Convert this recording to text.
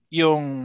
yung